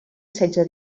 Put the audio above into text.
setze